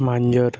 मांजर